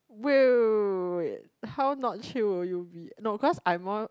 wait wait how not chill will you be no cause I more